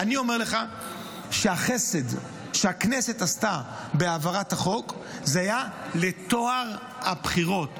אני אומר לך שהחסד שהכנסת עשתה בהעברת החוק זה היה לטוהר הבחירות.